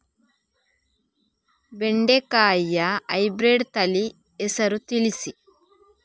ಬೆಂಡೆಕಾಯಿಯ ಹೈಬ್ರಿಡ್ ತಳಿ ಹೆಸರು ತಿಳಿಸಿ?